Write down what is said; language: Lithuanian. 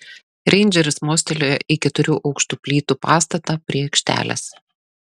reindžeris mostelėjo į keturių aukštų plytų pastatą prie aikštelės